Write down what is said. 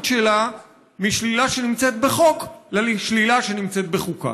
שלה משלילה שנמצאת בחוק לשלילה שנמצאת בחוקה.